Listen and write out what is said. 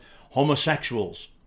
homosexuals